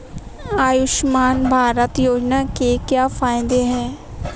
आयुष्मान भारत योजना के क्या फायदे हैं?